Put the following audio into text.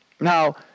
Now